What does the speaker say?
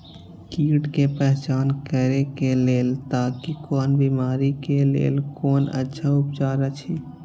कीट के पहचान करे के लेल ताकि कोन बिमारी के लेल कोन अच्छा उपचार अछि?